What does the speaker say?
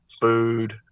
food